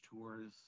tours